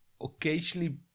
occasionally